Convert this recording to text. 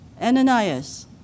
Ananias